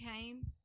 came